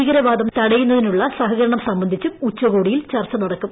ഭീകരവാദം തടയുന്നതിനുള്ള സഹകരണം സംബന്ധിച്ചും ഉച്ചകോടിയിൽ ചർച്ച നടക്കും